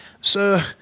sir